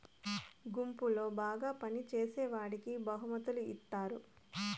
గుంపులో బాగా పని చేసేవాడికి బహుమతులు ఇత్తారు